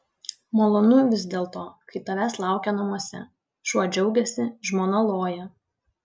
malonu vis dėlto kai tavęs laukia namuose šuo džiaugiasi žmona loja